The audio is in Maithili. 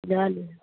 जाले